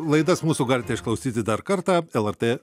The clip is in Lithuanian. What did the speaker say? laidas mūsų galite išklausyti dar kartą lrt